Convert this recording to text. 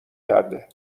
کرده